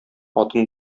атын